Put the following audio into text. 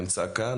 נמצא כאן,